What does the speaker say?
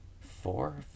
four